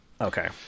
Okay